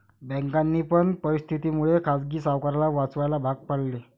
बँकांनी पण परिस्थिती मुळे खाजगी सावकाराला वाचवायला भाग पाडले